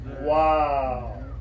Wow